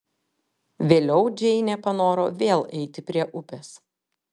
vėliau džeinė panoro vėl eiti prie upės